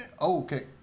Okay